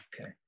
okay